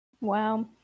Wow